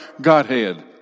Godhead